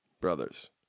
brothers